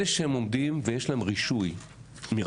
אלה שהם עומדים ויש להם רישוי מרשות